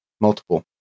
Multiple